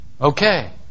Okay